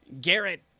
Garrett